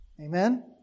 Amen